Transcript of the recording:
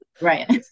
Right